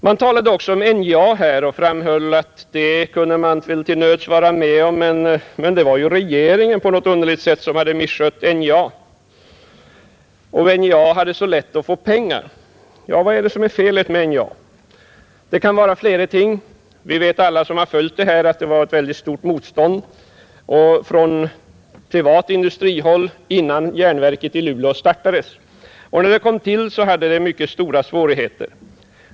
Man talade här också om NJA och framhöll att man till nöds kunde vara med om det. Men det var ju regeringen som på något underligt sätt misskött NJA. Bolaget hade så lätt att få pengar. Vad är det som är fel med NJA? Det kan vara flera ting. Alla vi som följt detta vet att det rått ett mycket stort motstånd från privat industrihåll innan järnverket i Luleå startades. När det kom till, möttes det av mycket stora svårigheter.